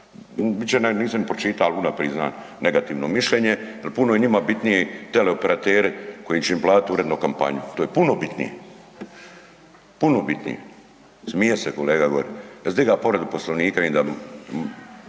nisam pročita, ali unaprid znam negativno mišljenje jel puno je njima bitniji teleoperateri koji će im platiti uredno kampanju, to je puno bitnije. Smije se kolega gori. Jesi diga povredu Poslovnika, vidim